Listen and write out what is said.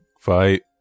fight